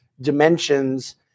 dimensions